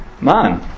Man